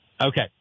Okay